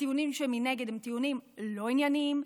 הטיעונים שמנגד הם טיעונים לא ענייניים.